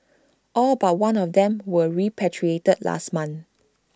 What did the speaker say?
all but one of them were repatriated last month